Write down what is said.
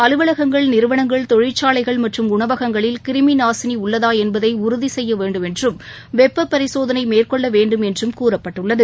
அலுவலகங்கள் நிறுவனங்கள் தொழிற்சாலைகள் மற்றும் உணவகங்களில் கிருமி நாசினி உள்ளதா என்பதை உறுதிசெய்யவேண்டும் என்றும் வெப்ப பரிசோதனை மேற்கொள்ளவேண்டும் என்றும் கூறப்பட்டுள்ளது